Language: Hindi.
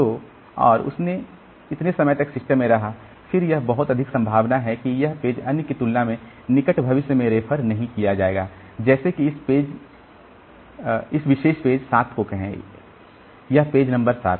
तो और यह इतने समय तक सिस्टम में रहा फिर यह बहुत अधिक संभावना है कि यह पेज अन्य की तुलना में निकट भविष्य में रेफर नहीं किया जाएगा जैसे कि इस विशेष पेज 7 को कहें यह पेज 7